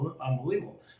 unbelievable